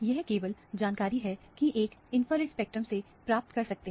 यह केवल जानकारी है कि एक इंफ्रारेड स्पेक्ट्रम से प्राप्त कर सकते हैं